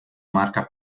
marca